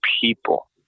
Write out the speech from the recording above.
people